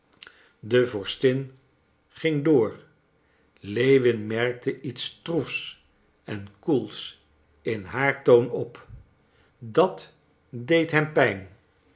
de vorstin ging door lewin merkte iets stroefs en koels in haar toon op dat deed hem pijn